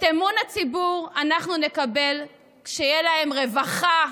את אמון הציבור אנחנו נקבל כשתהיה רווחה,